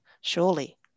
surely